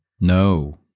No